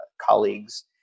colleagues